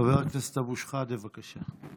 חבר הכנסת אבו שחאדה, בבקשה.